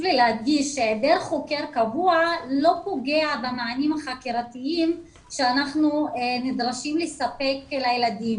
שהיעדר חוקר קבוע לא פוגע במענים החקירתיים שאנחנו נדרשים לספק לילדים